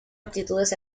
aptitudes